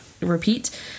repeat